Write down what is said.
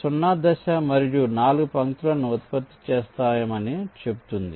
0 దశ మనము 4 పంక్తులను ఉత్పత్తి చేస్తామని చెప్తుంది